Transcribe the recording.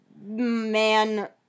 man